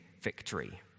victory